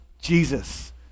Jesus